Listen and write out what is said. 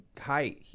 height